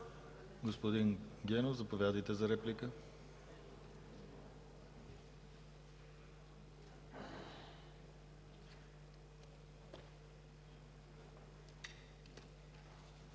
Господин Генов, заповядайте за реплика.